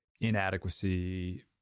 inadequacy